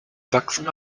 sachsen